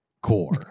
core